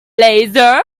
laser